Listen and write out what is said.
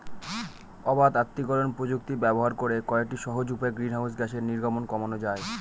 অবাত আত্তীকরন প্রযুক্তি ব্যবহার করে কয়েকটি সহজ উপায়ে গ্রিনহাউস গ্যাসের নির্গমন কমানো যায়